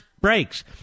breaks